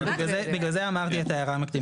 בגלל זה אמרתי את ההערה המקדימה,